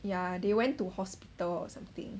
yeah they went to hospital or something